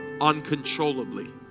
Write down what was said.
uncontrollably